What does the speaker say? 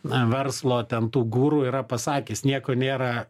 na verslo ten tų guru yra pasakęs nieko nėra